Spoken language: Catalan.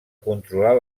controlar